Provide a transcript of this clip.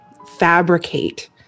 fabricate